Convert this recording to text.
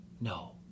No